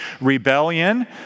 rebellion